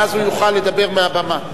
ואז הוא יוכל לדבר מהבמה.